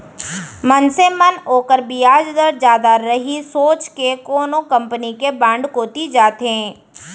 मनसे मन ओकर बियाज दर जादा रही सोच के कोनो कंपनी के बांड कोती जाथें